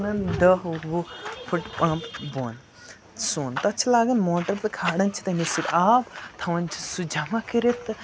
کھَنان دَہ وُہ فٕٹ پمپ بۄن سرٛوٚن تَتھ چھِ لاگان موٹَر تہٕ کھالان چھِ تَمی سۭتۍ آب تھاوان چھِ سُہ جَمع کٔرِتھ تہٕ